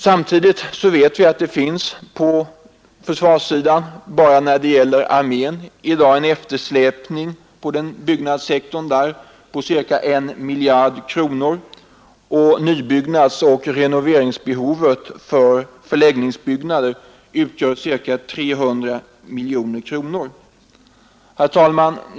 Samtidigt vet vi att det på försvarsområdet bara inom armén i dag förekommer en eftersläpning inom byggnadssektorn på ca I miljard kronor och att nybyggnadsoch renoveringsbehovet för förläggningsbyggnader utgör ca 300 miljoner kronor. Herr talman!